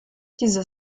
dieser